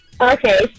Okay